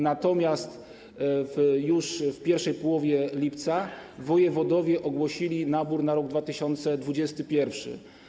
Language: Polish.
Natomiast już w pierwszej połowie lipca wojewodowie ogłosili nabór na rok 2021.